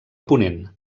ponent